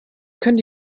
können